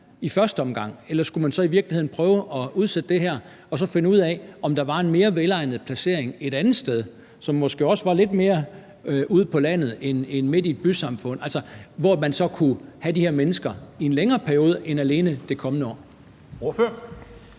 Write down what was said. i første omgang? Eller skulle man så i virkeligheden prøve at udsætte det her og finde ud af, om der var en mere velegnet placering et andet sted, som måske også var lidt mere ude på landet end midt i et bysamfund, altså hvor man så kunne have de her mennesker i en længere periode end alene det kommende år?